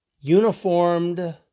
uniformed